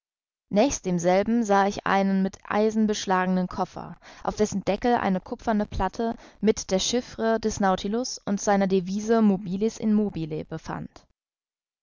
nächst demselben sah ich einen mit eisen beschlagenen koffer auf dessen deckel eine kupferne platte mit der chiffre des nautilus und seiner devise mobilis in mobile befand